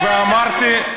ואמרתי,